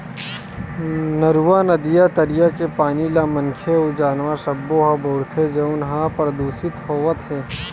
नरूवा, नदिया, तरिया के पानी ल मनखे अउ जानवर सब्बो ह बउरथे जउन ह परदूसित होवत हे